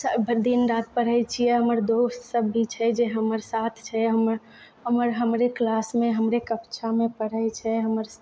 दिन रात पढ़ै छियै हमर दोस्त सब भी छै जे हमर साथ छै हमर हमरे क्लासमे हमरे कक्षामे पढ़ै छै हमर